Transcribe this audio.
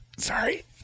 sorry